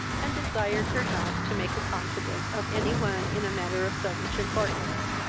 and desired her not to make a confidant of any one in a matter of so much importance